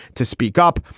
to speak up.